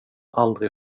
aldrig